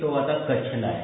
तो आता कच्छला आहे